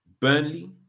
Burnley